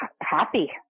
happy